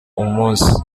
umunsi